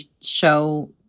show